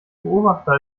beobachter